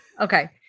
Okay